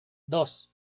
dos